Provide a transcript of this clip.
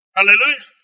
Hallelujah